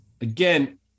again